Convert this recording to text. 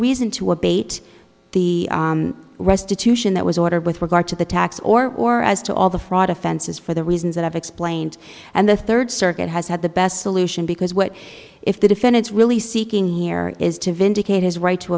reason to abate the restitution that was ordered with regard to the tax or or as to all the fraud offenses for the reasons that i've explained and the third circuit has had the best solution because what if the defendants really seeking here is to vindicate his right to